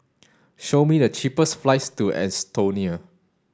show me the cheapest flights to Estonia